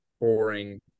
boring